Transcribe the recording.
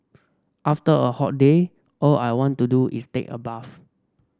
after a hot day all I want to do is take a bath